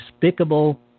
despicable